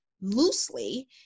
loosely